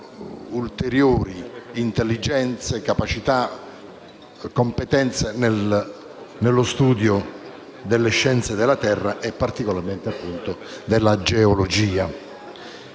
ulteriori intelligenze, capacità e competenze nello studio delle scienze della terra e, particolarmente, della geologia.